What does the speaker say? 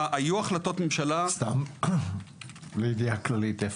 היו החלטות ממשלה --- סתם לידיעה כללית,